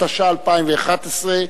התשע"א 2011,